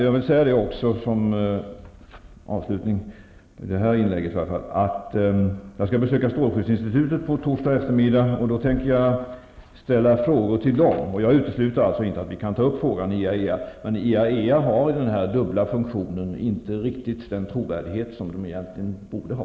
Jag skall besöka strålskyddsinstitutet på torsdag eftermiddag. Jag tänker då ställa frågor till institutet. Jag utesluter inte att vi kan ta upp frågan i IAEA. Men IAEA har i sin dubbla funktion inte riktigt den trovärdighet som organisationen borde ha.